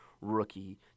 rookie